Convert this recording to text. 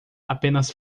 apenas